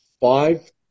five